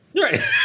Right